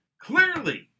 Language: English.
Clearly